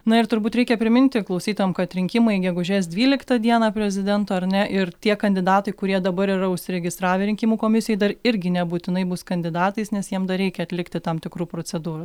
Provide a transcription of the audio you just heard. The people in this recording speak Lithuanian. na ir turbūt reikia priminti klausytojam kad rinkimai gegužės dvyliktą dieną prezidento ar ne ir tie kandidatai kurie dabar yra užsiregistravę rinkimų komisijoj dar irgi nebūtinai bus kandidatais nes jiem dar reikia atlikti tam tikrų procedūrų